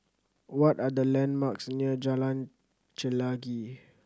what are the landmarks near Jalan Chelagi